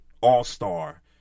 all-star